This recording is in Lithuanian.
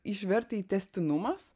išvertę į tęstinumas